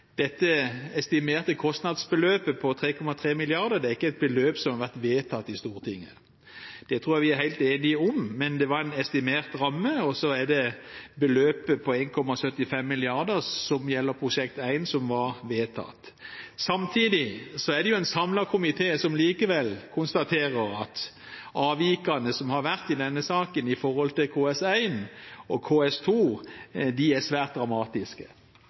dette estimerte kostnadsbeløpet på 3,3 mrd. kr ikke er et beløp som har vært vedtatt i Stortinget. Det tror jeg vi er helt enige om, men det var en estimert ramme, og det er beløpet på 1,75 mrd. kr, som gjelder Prosjekt 1, som var vedtatt. Samtidig konstaterer en samlet komité likevel at avvikene som har vært i denne saken når det gjelder KS1 og KS2, er svært dramatiske,